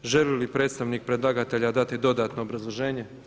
Želi li predstavnik predlagatelja dati dodatno obrazloženje?